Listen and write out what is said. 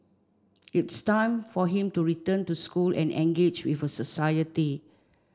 it's time for him to return to school and engage with society